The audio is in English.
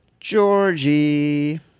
Georgie